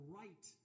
right